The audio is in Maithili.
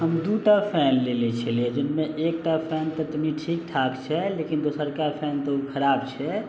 हम दूटा फैन लेने छलियै जिनमे एकटा फैन तऽ कनी ठीक ठाक छै लेकिन दोसरका फैन तऽ उ खराब छै